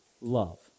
love